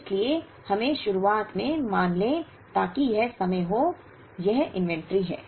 इसलिए हमें शुरुआत में मान लें ताकि यह समय हो यह इन्वेंटरी है